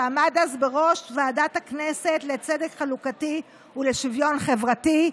שעמד אז בראש ועדת הכנסת לצדק חלוקתי ולשוויון חברתי,